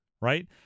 Right